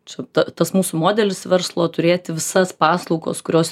čia tas mūsų modelis verslo turėti visas paslaugos kurios